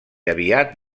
aviat